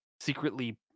secretly